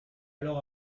alors